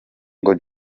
ngo